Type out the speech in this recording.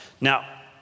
Now